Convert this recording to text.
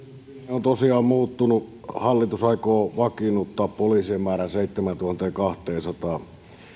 on tosiaan muuttunut hallitus aikoo vakiinnuttaa poliisin määrän seitsemääntuhanteenkahteensataan